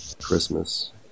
christmas